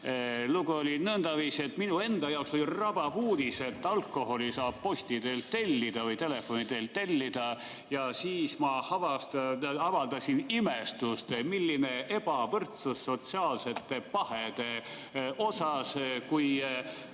Lugu oli nõndaviisi, et minu enda jaoks oli rabav uudis, et alkoholi saab posti teel tellida või telefoni teel tellida, ja siis ma avaldasin imestust, milline ebavõrdsus sotsiaalsete pahede osas, kui